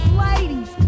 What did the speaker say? Ladies